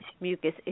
mucus